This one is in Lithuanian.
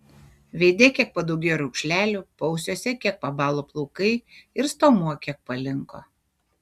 veide kiek padaugėjo raukšlelių paausiuose kiek pabalo plaukai ir stuomuo kiek palinko